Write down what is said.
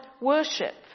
worship